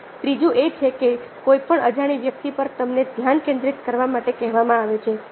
હવે ત્રીજું એ છે કે કોઈ પણ અજાણી વ્યક્તિ પર તમને ધ્યાન કેન્દ્રિત કરવા માટે કહેવામાં આવે છે